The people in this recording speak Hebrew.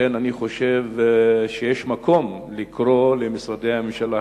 לכן אני חושב שיש מקום לקרוא למשרדי הממשלה